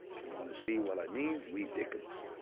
if you want to see what i mean, read dickens.